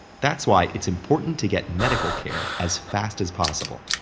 that's why it's important to get medical care as fast as possible.